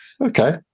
Okay